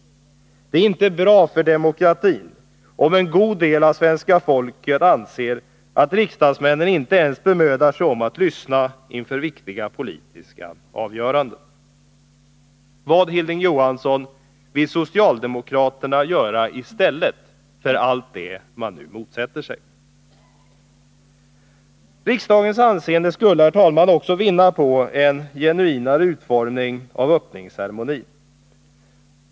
Det är inte bra för demokratin om en god del av svenska folket anser att riksdagsmännen inte ens bemödar sig om att lyssna inför viktiga politiska avgöranden. Vad, Hilding Johansson, vill socialdemokraterna göra i stället för allt det man nu motsätter sig? Riksdagens anseende skulle, herr talman, också vinna på en genuinare utformning av öppningsceremonin.